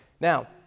Now